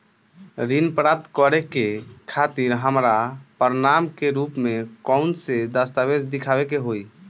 ऋण प्राप्त करे के खातिर हमरा प्रमाण के रूप में कउन से दस्तावेज़ दिखावे के होइ?